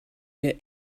wir